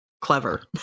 Clever